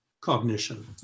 cognition